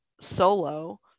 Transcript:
solo